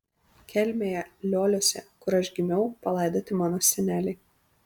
kelmėje lioliuose kur aš gimiau palaidoti mano seneliai